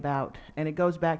about and it goes back